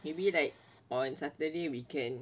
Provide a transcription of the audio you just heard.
maybe like on saturday we can